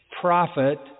prophet